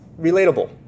relatable